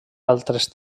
altres